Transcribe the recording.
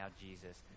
Jesus